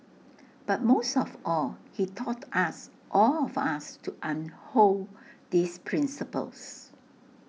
but most of all he taught us all of us to unhold these principles